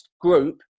group